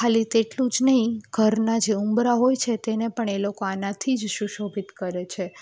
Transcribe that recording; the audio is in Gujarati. ખાલી તેટલું જ નહીં ઘરના જે ઉંબરા હોય છે તેને પણ એ લોકો અનાથી જ સુશોભિત કરે છે